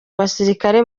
abasirikare